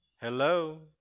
Hello